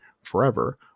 forever